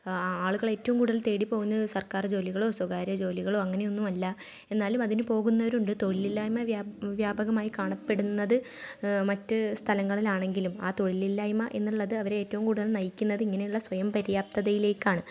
ആളുകൾ ഏറ്റവും കൂടുതൽ തേടിപ്പോകുന്നത് സർക്കാർ ജോലികളോ സ്വകാര്യ ജോലികളോ അങ്ങനെ ഒന്നും അല്ല എന്നാലും അതിന് പോകുന്നവരുണ്ട് തൊഴിലില്ലായ്മ വ്യാപ വ്യാപകമായി കാണപ്പെടുന്നത് മറ്റ് സ്ഥലങ്ങളിലാണെങ്കിലും ആ തൊഴിലില്ലായ്മ എന്നുള്ളത് അവർ ഏറ്റവും കൂടുതൽ നയിക്കുന്നത് ഇങ്ങനെയുള്ള സ്വയം പര്യാപ്തതയിലേക്കാണ്